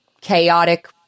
chaotic